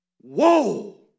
Whoa